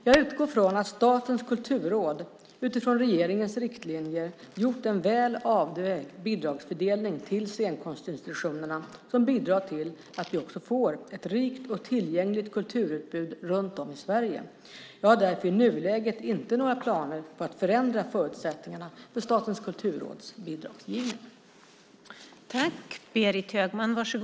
Jag utgår från att Statens kulturråd utifrån regeringens riktlinjer gjort en väl avvägd bidragsfördelning till scenkonstinstitutionerna som bidrar till att vi har ett rikt och tillgängligt kulturutbud runt om i Sverige. Jag har därför i nuläget inte några planer på att förändra förutsättningarna för Statens kulturråds bidragsgivning.